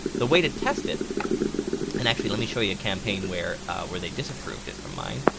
the way to test it and actually let me show you a campaign, where where they disapproved it for mine,